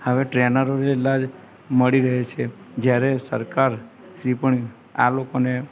હવે ટ્રેનરો જેટલા જ મળી રહે છે જ્યારે સરકાર શ્રી પણ આ લોકોને